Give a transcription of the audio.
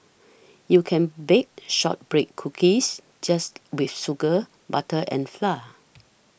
you can bake Shortbread Cookies just with sugar butter and flour